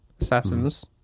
assassins